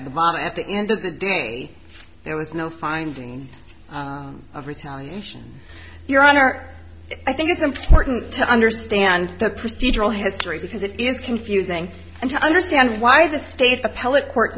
around the bomb at the end of the day there was no finding of retaliation your honor i think it's important to understand the procedural history because it is confusing and to understand why the state